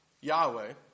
Yahweh